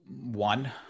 one